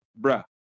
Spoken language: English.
bruh